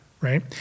right